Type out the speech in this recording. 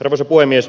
arvoisa puhemies